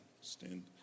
Stand